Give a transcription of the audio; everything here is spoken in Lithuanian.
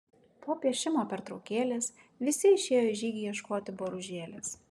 po piešimo pertraukėlės visi išėjo į žygį ieškoti boružėlės